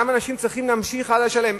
למה אנשים צריכים להמשיך לשלם?